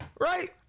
Right